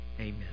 Amen